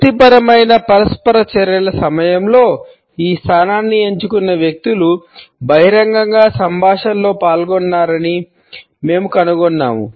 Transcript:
వృత్తిపరమైన పరస్పర చర్యల సమయంలో ఈ స్థానాన్ని ఎంచుకున్న వ్యక్తులు బహిరంగంగా సంభాషణలో పాల్గొనరని మేము కనుగొన్నాము